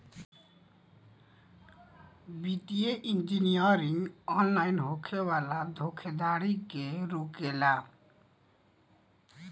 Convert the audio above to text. वित्तीय engineering online होखे वाला धोखाधड़ी के रोकेला